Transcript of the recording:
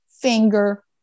finger